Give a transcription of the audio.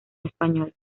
español